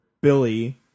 Billy